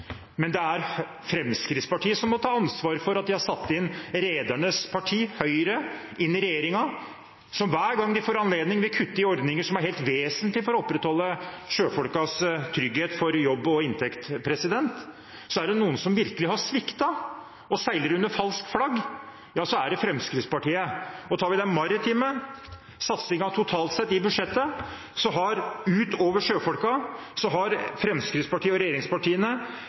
er Fremskrittspartiet som må ta ansvar for at de har satt redernes parti, Høyre, inn i regjeringen, som hver gang de får anledning, vil kutte i ordninger som er helt vesentlige for å opprettholde sjøfolkenes trygghet for jobb og inntekt. Er det noen som virkelig har sviktet og seiler under falskt flagg, er det Fremskrittspartiet. Tar vi den maritime satsingen totalt sett i budsjettet, utover sjøfolkene, har Fremskrittspartiet og regjeringspartiene